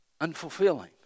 Unfulfilling